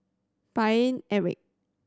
Paine Eric